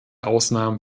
ausnahmen